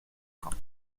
خوام